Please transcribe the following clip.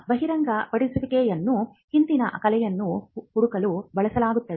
ಬಹಿರಂಗಪಡಿಸುವಿಕೆಯನ್ನು ಹಿಂದಿನ ಕಲೆಯನ್ನು ಹುಡುಕಲು ಬಳಸಲಾಗುತ್ತದೆ